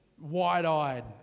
wide-eyed